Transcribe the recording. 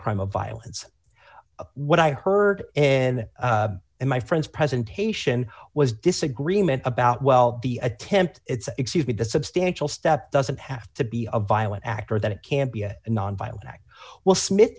crime of violence what i heard in my friend's presentation was disagreement about well the attempt it's excuse me the substantial step doesn't have to be a violent act or that it can't be a nonviolent act will smith